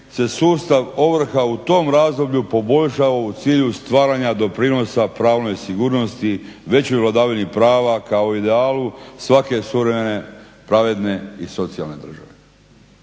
se sustav ovrha u tom razdoblju poboljšao u cilju stvaranja doprinosa pravnoj sigurnosti, većoj vladavini prava kao idealu svake suvremene, pravedne i socijalne države.